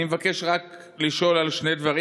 אני מבקש רק לשאול על שני דברים,